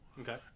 Okay